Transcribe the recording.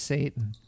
Satan